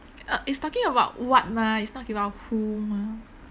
uh it's talking about what mah it's not talking about who mah